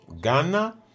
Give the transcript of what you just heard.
Ghana